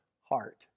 heart